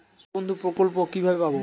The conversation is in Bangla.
কৃষকবন্ধু প্রকল্প কিভাবে পাব?